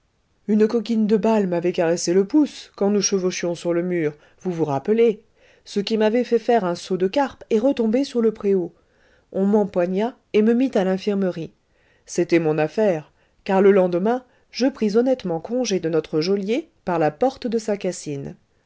une coquine de balle m'avait caressé le pouce quand nous chevauchions sur le mur vous vous rappelez ce qui m'avait fait faire un saut de carpe et retomber sur le préau on m'empoigna et me mit à l'infirmerie c'était mon affaire car le lendemain je pris honnêtement congé de notre geôlier par la porte de sa cassine